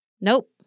nope